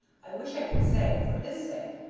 i wish i could say, for his sake,